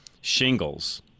shingles